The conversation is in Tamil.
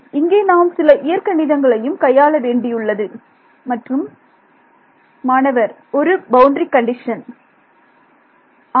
இங்கே நாம் சில இயற்கணிதங்களையும் கையாள வேண்டியுள்ளது மற்றும் ஒரு பவுண்டரி கண்டிஷன் ஆம்